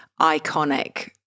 iconic